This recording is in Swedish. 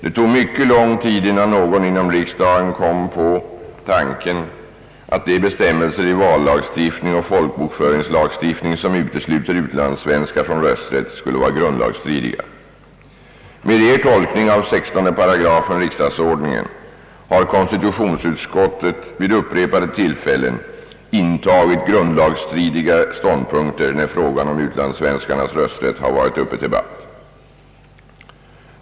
Det tog mycket lång tid innan någon kom på tanken, att de bestämmelser i vallagstiftning och folkbokföringslagstiftning som utesluter utlandssvenskar från rösträtt skulle vara grundlagsstridiga. Enligt er tolkning av 16 § riksdagsordningen har konstitutionsutskottet vid upprepade tillfällen intagit grundlagsstridiga ståndpunkter när frågan om utlandssvenskarnas rösträtt har varit uppe till debatt.